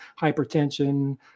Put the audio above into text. hypertension